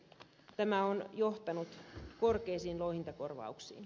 tämä on johtanut korkeisiin louhintakorvauksiin